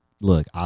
Look